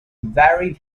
very